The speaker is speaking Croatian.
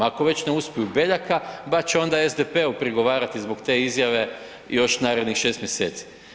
Ako već ne uspiju Beljaka, bar će onda SDP-u prigovarati zbog te izjave još narednih 6 mjeseci.